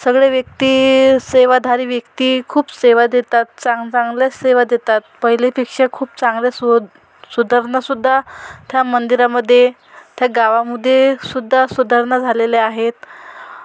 सगळे व्यक्ती सेवाधारी व्यक्ती खूप सेवा देतात चांगले चांगले सेवा देतात पहिल्यापेक्षा खूप चांगले सो सुधारणासुद्धा त्या मंदिरामध्ये त्या गावामध्ये सुद्धा सुधारणा झालेल्या आहेत